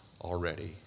already